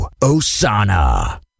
Osana